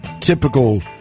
typical